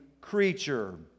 creature